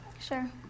Sure